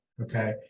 okay